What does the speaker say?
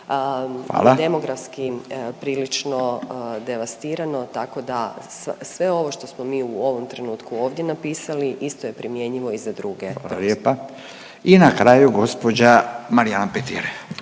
demografskim prilično devastirano, tako da, sve ovo što smo mi u ovom trenutku ovdje napisali, isto je primjenjivo i za druge .../Govornik se ne čuje./... **Radin, Furio